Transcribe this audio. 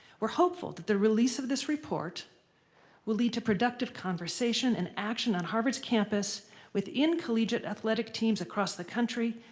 we're hopeful that the release of this report will lead to productive conversation and action on harvard's campus within collegiate athletic teams across the country,